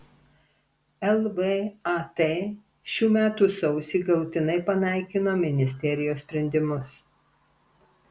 lvat šių metų sausį galutinai panaikino ministerijos sprendimus